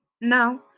Now